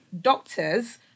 Doctors